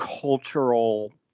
cultural